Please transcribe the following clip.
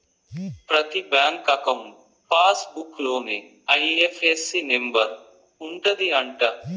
ప్రతి bank account passbook లోనే IFSC number ఉంటది అంట